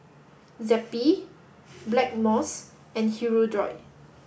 Zappy Blackmores and Hirudoid